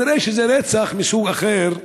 נראה שזה רצח מסוג אחר.